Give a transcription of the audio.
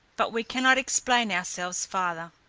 but we cannot explain ourselves farther.